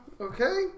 okay